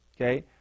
Okay